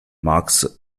max